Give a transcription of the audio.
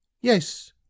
Yes